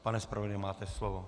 Pane zpravodaji, máte slovo.